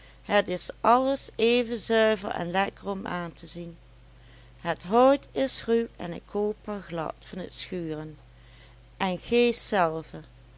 het is alles even zuiver en lekker om aan te zien het hout is ruw en het koper glad van t schuren en gees zelve